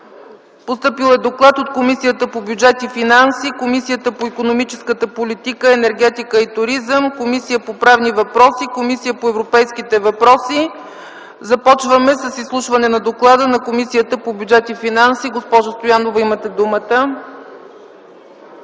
Постъпил е Доклад от Комисията по бюджет и финанси, Комисията по икономическа политика, енергетика и туризъм, Комисията по правни въпроси, Комисията по европейските въпроси и контрол на европейските фондове. Започваме с изслушване на Доклада на Комисията по бюджет и финанси. Госпожо Стоянова, имате думата.